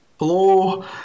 Hello